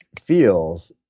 feels